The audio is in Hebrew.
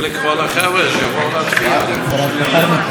גברתי היושבת-ראש, חברות וחברי הכנסת,